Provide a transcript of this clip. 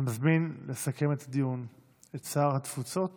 אני מזמין את שר התפוצות